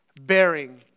bearing